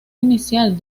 inicial